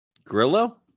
Grillo